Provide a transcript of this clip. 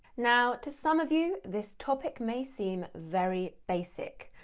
now, to some of you this topic may seem very basic,